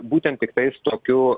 būtent tiktais tokiu